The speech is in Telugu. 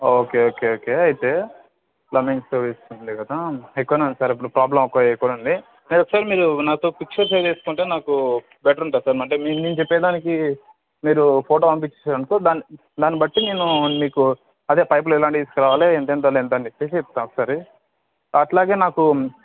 ఓకే ఓకే ఓకే అయితే ప్లంబింగ్ సర్వీసు ఎక్కువనే ఉంది సార్ ఇప్పుడు ప్రాబ్లమ్ ఎక్కువనే ఉంది సార్ మీరొకసారి మీరు నాతో పిక్చర్ షేర్ చేసుకుంటే బెటర్ ఉంటుంది సార్ అంటే నేను చెప్పేదానికి మీరు ఫోటో పంపించేశారనుకో దాని బట్టి నేను మీకు పైపులెలాంటివి తీసుకురావాలి ఎంతెంత లెంత్ అని చెప్పేసి చెప్తా ఒకసారి అట్లాగే నాకు